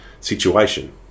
situation